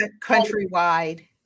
countrywide